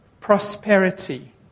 prosperity